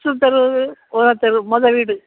தெரு முத வீடு